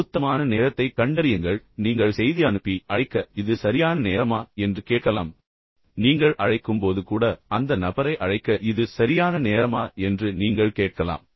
எனவே மிகவும் பொருத்தமான நேரத்தைக் கண்டறியுங்கள் முதலில் நீங்கள் செய்தி அனுப்பி அழைக்க இது சரியான நேரமா என்று கேட்கலாம் அல்லது நீங்கள் அழைக்கும்போது கூட அந்த நபரை அழைக்க இது சரியான நேரமா என்று நீங்கள் கேட்கலாம்